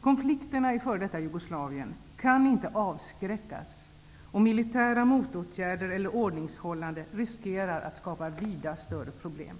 Konflikterna i f.d. Jugoslavien kan inte avskräckas, och militära motåtgärder eller ordningshållande riskerar att skapa vida större problem.